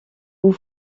vous